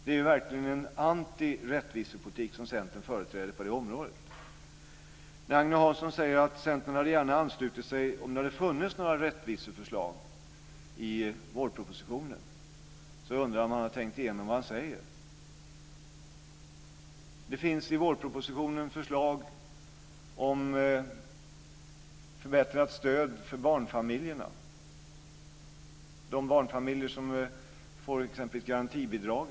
Det är verkligen en antirättvisepolitik som Centern företräder på det området. När Agne Hansson säger att Centern gärna hade anslutit sig om det hade funnits några rättviseförslag i vårpropositionen undrar jag om han har tänkt igenom vad han säger. Det finns i vårpropositionen förslag om förbättrat stöd för barnfamiljerna, de barnfamiljer som exempelvis får garantibidrag.